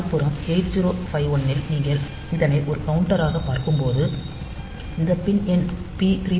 மறுபுறம் 8051 ல் நீங்கள் இதனை ஒரு கவுண்டராக பார்க்கும்போது இந்த பின் எண் P3